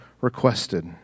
requested